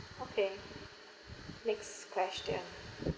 okay next question